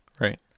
Right